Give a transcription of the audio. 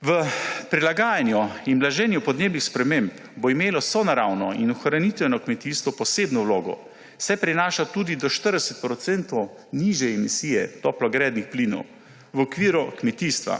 V prilagajanju in blaženju podnebnih sprememb bo imelo sonaravno in ohranitveno kmetijstvo posebno vlogo, saj prinaša tudi do 40 % nižje emisije toplogrednih plinov v okviru kmetijstva.